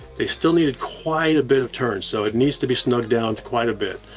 they still needed quite a bit of turn. so, it needs to be snugged down quite a bit.